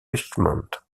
richmond